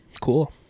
cool